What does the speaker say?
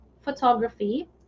photography